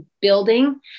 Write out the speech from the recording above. building